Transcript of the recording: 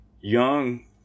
young